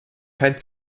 kein